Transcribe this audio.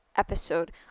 episode